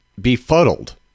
befuddled